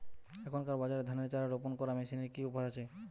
এখনকার বাজারে ধানের চারা রোপন করা মেশিনের কি অফার আছে?